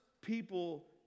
people